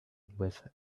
with